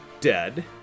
dead